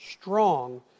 strong